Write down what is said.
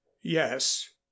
yes